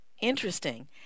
Interesting